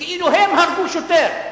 שכאילו הם הרגו שוטר.